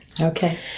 Okay